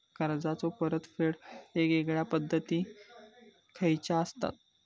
कर्जाचो परतफेड येगयेगल्या पद्धती खयच्या असात?